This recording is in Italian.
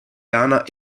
lana